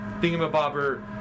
thingamabobber